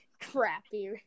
crappy